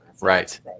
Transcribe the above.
Right